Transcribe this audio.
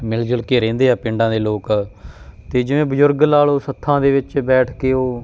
ਮਿਲ ਜੁਲ ਕੇ ਰਹਿੰਦੇ ਆ ਪਿੰਡਾਂ ਦੇ ਲੋਕ ਅਤੇ ਜਿਵੇਂ ਬਜ਼ੁਰਗ ਲਾ ਲਓ ਸੱਥਾਂ ਦੇ ਵਿੱਚ ਬੈਠ ਕੇ ਉਹ